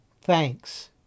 Thanks